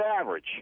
average